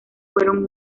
fueron